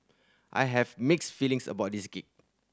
I have mixed feelings about this gig